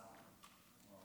הזמן רץ.